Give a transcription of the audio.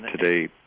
today